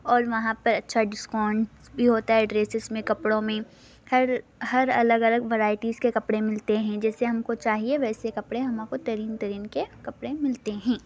اور وہاں پر اچھا ڈسکونٹس بھی ہوتا ہے ڈریسیس میں کپڑوں میں ہر ہر الگ الگ ورائٹیز کے کپڑے ملتے ہیں جیسے ہم کو چاہیے ویسے کپڑے ہما کو ترین ترین کے کپڑے ملتے ہیں